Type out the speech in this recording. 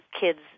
kids